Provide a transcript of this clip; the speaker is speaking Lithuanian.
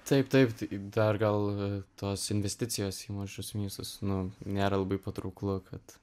taip taip taip dar gal tos investicijos į mažus miestus nu nėra labai patrauklu kad